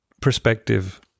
perspective